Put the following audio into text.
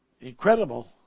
incredible